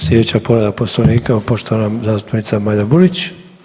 Slijedeća povreda Poslovnika poštovana zastupnica Majda Burić.